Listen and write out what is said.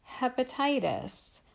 hepatitis